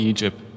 Egypt